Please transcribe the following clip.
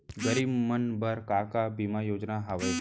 गरीब मन बर का का बीमा योजना हावे?